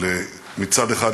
מצד אחד,